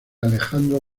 alejandro